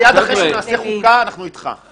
מיד אחרי שנעשה חוקה אנחנו אתך.